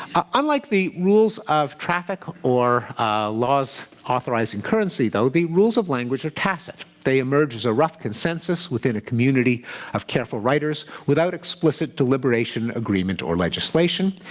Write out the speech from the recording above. unlike the rules of traffic or laws authorising currency, though, the rules of language are tacit. they emerge as a rough consensus within a community of careful writers without explicit deliberation, agreement, or legislation.